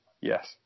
Yes